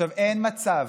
אין מצב